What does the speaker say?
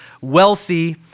wealthy